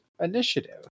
initiative